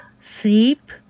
sleep